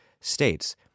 States